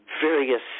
various